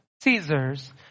Caesar's